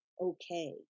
okay